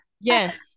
yes